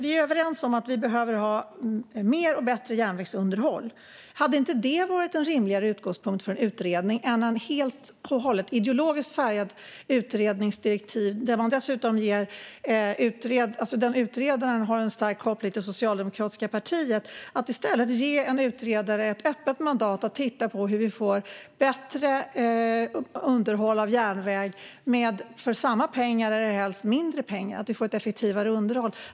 Vi är överens om att vi behöver ha mer och bättre järnvägsunderhåll. Hade inte det varit en rimligare utgångspunkt för en utredning än att ha helt och hållet ideologiskt färgade utredningsdirektiv till en utredare som dessutom har en stark koppling till det socialdemokratiska partiet? Hade det inte varit rimligare att i stället ge en utredare ett öppet mandat att titta på hur vi får bättre underhåll av järnväg för samma pengar eller helst mindre pengar, så att vi får ett effektivare underhåll?